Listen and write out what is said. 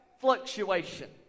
fluctuation